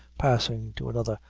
passing to another,